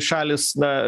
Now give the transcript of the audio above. šalys na